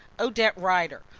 odette rider!